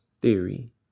theory